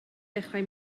dechrau